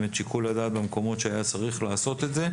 את שיקול הדעת במקומות שהיה צריך לעשות את זה.